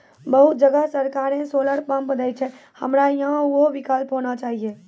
बहुत जगह सरकारे सोलर पम्प देय छैय, हमरा यहाँ उहो विकल्प होना चाहिए?